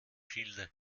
schilde